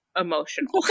emotional